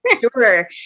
Sure